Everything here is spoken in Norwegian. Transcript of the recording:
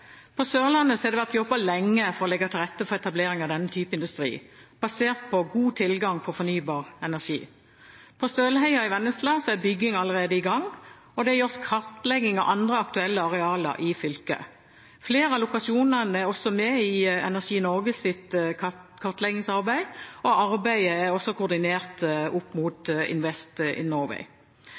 vært jobbet lenge for å legge til rette for etablering av denne type industri, basert på god tilgang på fornybar energi. På Støleheia i Vennesla er bygging allerede i gang, og det er gjort kartlegging av andre aktuelle arealer i fylket. Flere av lokasjonene er også med i Energi Norges kartleggingsarbeid, og arbeidet er også koordinert opp mot Invest in Norway.